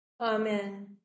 Amen